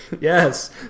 Yes